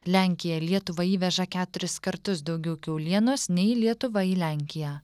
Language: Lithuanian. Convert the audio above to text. lenkija lietuvą įveža keturis kartus daugiau kiaulienos nei lietuva į lenkiją